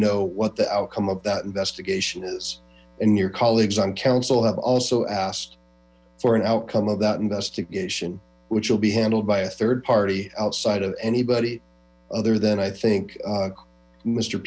know what the outcome of that investigation is and your colleagues on council have also asked for an outcome of that investigation which will be handled by a third party outside of anybody other than i think